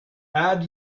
add